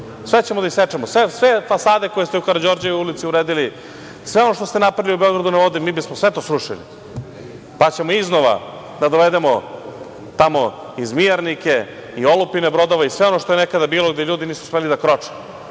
Sve ćemo da isečemo. Sve fasade koje ste u Karađorđevoj ulici uredili, sve ono što ste napravili u „Beogradu na vodi“ mi bismo sve to srušili, pa ćemo iznova da dovedemo tamo i zmijarnike i olupine brodova i sve ono što je nekada bilo gde ljudi nisu smeli da kroče. Danas